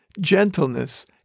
gentleness